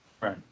Right